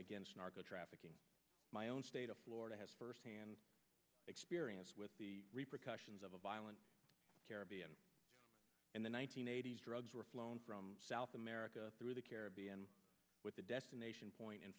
against narco trafficking my own state of florida has first hand experience with the repercussions of a violent caribbean in the one nine hundred eighty s drugs were flown from south america through the caribbean with a destination point in